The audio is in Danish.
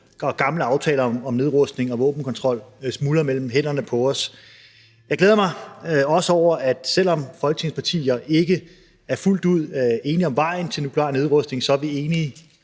og gamle aftaler om nedrustning og våbenkontrol smuldrer mellem hænderne på os. Jeg glæder mig også over, at selv om Folketingets partier ikke er fuldt ud enige om vejen til nuklear nedrustning, så er vi enige